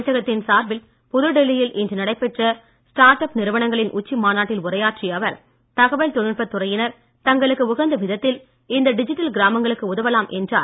அமைச்சகத்தின் சார்பில் புதுடெல்லியில் இன்று நடைபெற்ற ஸ்டார்ட் அப் நிறுவனங்களின் உச்சி மாநாட்டில் உரையாற்றிய அவர் தகவல் தொழில்நுட்ப துறையினர் தாங்களுக்கு உகந்த விதத்தில் இந்த டிஜிட்டல் கிராமங்களுக்கு உதவலாம் என்றார்